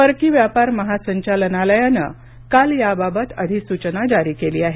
परकी व्यापार महासंचालनालयानं काल याबाबत अधिसूचना जारी केली आहे